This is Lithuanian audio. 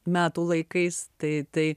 metų laikais tai tai